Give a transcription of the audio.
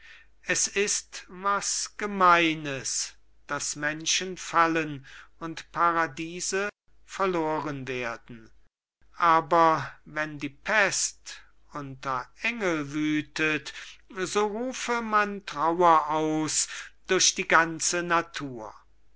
geschieht es ist was gemeines daß menschen fallen und paradiese verloren werden aber wenn die pest unter engel wüthet so rufe man trauer aus durch die ganze natur